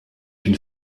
une